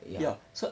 ya